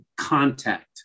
contact